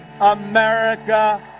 America